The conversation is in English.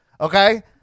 okay